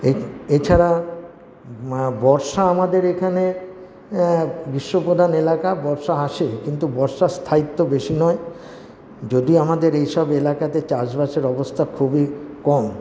এছাড়া বর্ষা আমাদের এখানে গ্রীষ্মপ্রধান এলাকা বর্ষা আসে কিন্তু বর্ষার স্থায়িত্ব বেশি নয় যদিও আমাদের এইসব এলাকাতে চাষবাসের অবস্থা খুবই কম